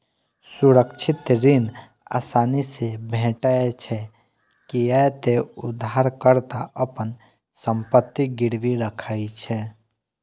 सुरक्षित ऋण आसानी से भेटै छै, कियै ते उधारकर्ता अपन संपत्ति गिरवी राखै छै